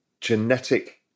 genetic